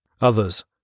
Others